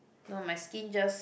no my skin just